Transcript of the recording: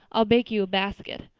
i'll bake you a basket.